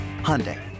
Hyundai